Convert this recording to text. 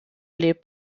les